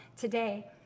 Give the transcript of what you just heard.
today